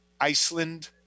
Iceland